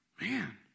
Man